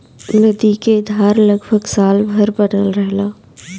नदी क धार लगभग साल भर बनल रहेला